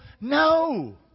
No